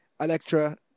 Electra